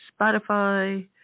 Spotify